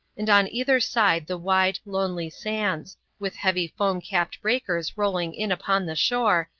and on either side the wide, lonely sands, with heavy foam-capped breakers rolling in upon the shore,